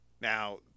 Now –